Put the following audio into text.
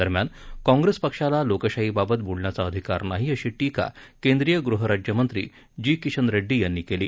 दरम्यान काँप्रेस पक्षाला लोकशाहीबाबत बोलण्याचा अधिकार नाही अशी टीका केंद्रीय गुहराज्यमंत्री जी किशन रेड़डी यांनी केली